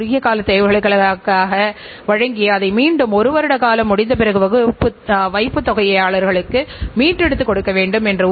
நிதி சார்புடைய அளவிடக்கூடியஅடிப்படையில் தகவல்கள் இருக்கின்ற காரணத்தினால் இந்த நிர்வாக கட்டுப்பாட்டு முறையை அமுல்படுத்துவது என்பது எளிதாகி விடுகின்றது